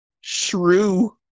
shrew